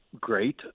great